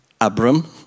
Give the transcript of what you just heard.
Abram